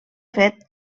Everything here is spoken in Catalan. fet